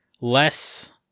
less